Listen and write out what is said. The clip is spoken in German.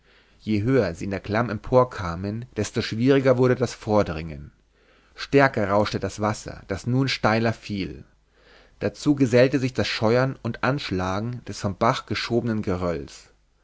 je höher sie in der klamm emporkamen desto schwieriger wurde das vordringen stärker rauschte das wasser das nun steiler fiel dazu gesellte sich das scheuern und anschlagen des vom bach geschobenen